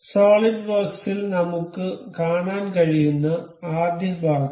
solid വർക്ക്സിൽ നമുക്ക് കാണാൻ കഴിയുന്ന ആദ്യ ഭാഗം